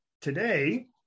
Today